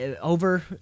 Over